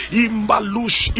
imbalush